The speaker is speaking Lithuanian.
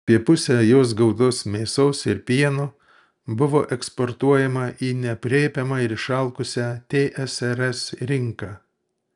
apie pusę jos gautos mėsos ir pieno buvo eksportuojama į neaprėpiamą ir išalkusią tsrs rinką